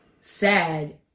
sad